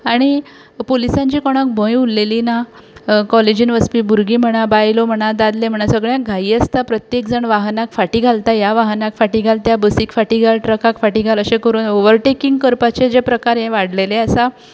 आनी पुलिसांची कोणाक भंय उरलेली ना काॅलेजींत वचपी भुरगीं म्हणा बायलो म्हणा दादले म्हणा सगळ्यांक घायी आसता प्रत्येक जाण वाहनाक फाटीं घालता ह्या वाहनाक फाटीं घाल त्या बसीक फाटीं घाल ट्रकाक फाटीं घाल अशें करून ओवर टेकिंग करपाचे जे प्रकार हे वाडलेले आसा